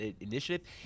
Initiative